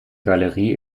galerie